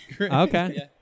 Okay